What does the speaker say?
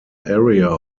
area